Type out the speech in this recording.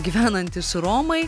gyvenantys romai